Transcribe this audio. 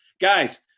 Guys